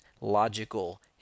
logical